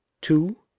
two